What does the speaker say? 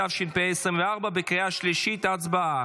התשפ"ה 2024. הצבעה.